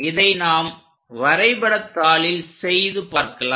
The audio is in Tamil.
இதை நாம் வரைபடத்தாளில் செய்து பார்க்கலாம்